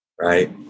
right